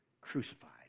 crucified